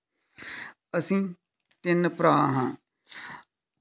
ਅਸੀਂ ਤਿੰਨ ਭਰਾ ਹਾਂ